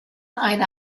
eine